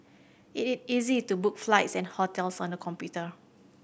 it is easy to book flights and hotels on the computer